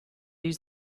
use